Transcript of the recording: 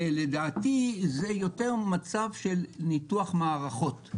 לדעתי זה יותר מצב של ניתוח מערכות,